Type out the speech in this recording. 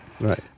Right